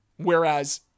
Whereas